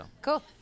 cool